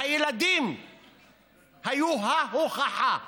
והילדים היו ההוכחה.